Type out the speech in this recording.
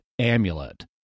amulet